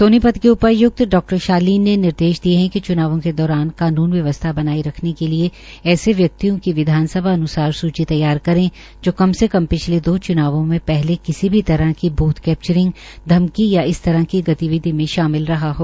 सोनीपत के उपाय्क्त डा शालीन ने निर्देश दिये है कि च्नावों के दौरान कानून व्यवस्था बनाये रखने के लिये ऐसे व्यक्तियों की विधानसभा अनुसार सूचि तैयार करे जो कम से कम पिछले दो च्नावों में पहले किसी भी तरह की बूथ कैपचरिंग धमकी या इस तरह की गतिविधि में शामिल रहा हो